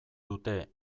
dute